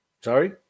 sorry